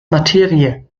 materie